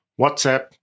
WhatsApp